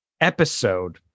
episode